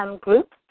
group